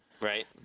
Right